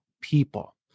people